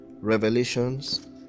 Revelations